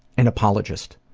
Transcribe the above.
an apologist,